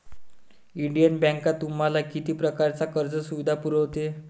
Indian bank तुम्हाला किती प्रकारच्या कर्ज सुविधा पुरवते?